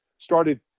started